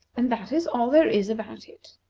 and that is all there is about it!